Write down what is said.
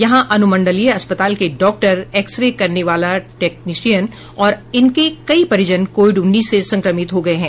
यहां अनुमंडलीय अस्पताल के डॉक्टर एक्स रे करने वाला टेक्निसियन और इनके कई परिजन कोविड उन्नीस से संक्रमित हो गये हैं